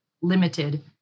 limited